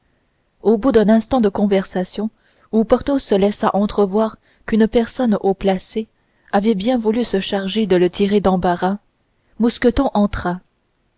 au bout d'un instant de conversation dans laquelle porthos laissa entrevoir qu'une personne haut placée avait bien voulu se charger de le tirer d'embarras mousqueton entra